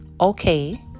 okay